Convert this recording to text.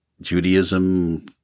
Judaism